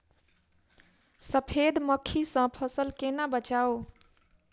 सफेद मक्खी सँ फसल केना बचाऊ?